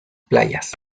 playas